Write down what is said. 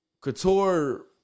couture